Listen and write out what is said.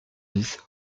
dix